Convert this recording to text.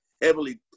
heavily